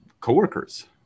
coworkers